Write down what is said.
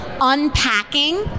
unpacking